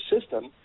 system